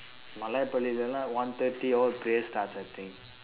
மழை பெய்யலன்னா:mazhai peiyalannaa one thirty all prayers starts I think